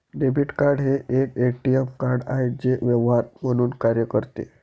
debit card हे एक ATM card आहे जे व्यवहार म्हणून कार्य करते